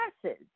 classes